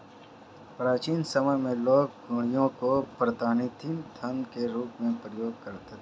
प्राचीन समय में लोग कौड़ियों को प्रतिनिधि धन के रूप में प्रयोग करते थे